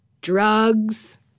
drugs